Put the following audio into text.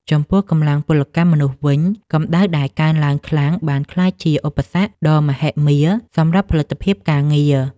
ចំពោះកម្លាំងពលកម្មមនុស្សវិញ កម្ដៅដែលកើនឡើងខ្លាំងបានក្លាយជាឧបសគ្គដ៏ធំមហិមាសម្រាប់ផលិតភាពការងារ។